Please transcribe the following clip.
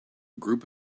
group